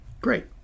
Great